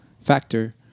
factor